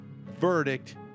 verdict